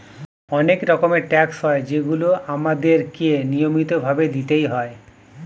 অনেক রকমের ট্যাক্স হয় যেগুলো আমাদের কে নিয়মিত ভাবে দিতেই হয়